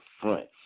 front